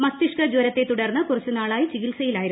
മസ്തിഷ്ക ജ്ചരത്തെ തുടർന്ന് കുറച്ചുനാളായി ചികിത്സയിലായിരുന്നു